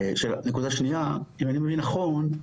נקודה שניה, אם אני מבין נכון,